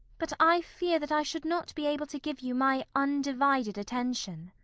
but i fear that i should not be able to give you my undivided attention.